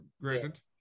Great